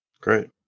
Great